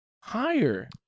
Higher